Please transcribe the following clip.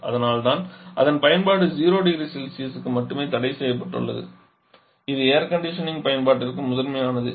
அதனால்தான் அதன் பயன்பாடு 0 0C க்கு மேல் மட்டுமே தடைசெய்யப்பட்டுள்ளது இது ஏர் கண்டிஷனிங் பயன்பாட்டிற்கு முதன்மையானது